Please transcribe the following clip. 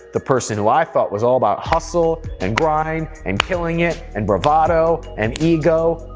the person who i thought was all about hustle, and grind, and killing it, and bravado, and ego,